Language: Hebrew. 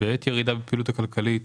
בעת ירידה בפעילות הכלכלית